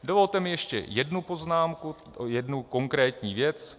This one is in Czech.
Dovolte mi ještě jednu poznámku, jednu konkrétní věc.